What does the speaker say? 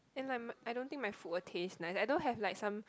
and like I don't think my food will taste nice I don't have like some